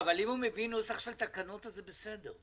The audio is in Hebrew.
אבל אם הוא מביא נוסח תקנות זה בסדר.